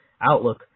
outlook